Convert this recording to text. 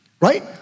right